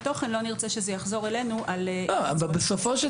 לא נרצה שזה יחזור אלינו --- בסופו של